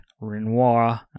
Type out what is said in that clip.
Renoir